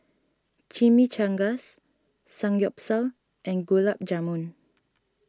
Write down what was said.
Chimichangas Samgyeopsal and Gulab Jamun